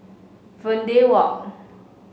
Verde Walk